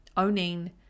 owning